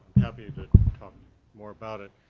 happy to talk more about it.